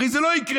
הרי זה לא יקרה.